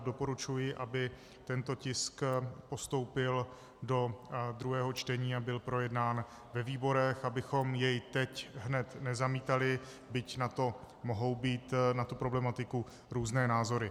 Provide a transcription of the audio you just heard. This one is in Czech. Doporučuji, aby tento tisk postoupil do druhého čtení a byl projednán ve výborech, abychom jej teď hned nezamítali, byť na tu problematiku mohou být různé názory.